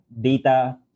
data